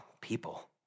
people